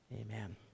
Amen